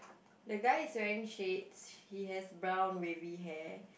the guy is wearing shades he has brown wavy hair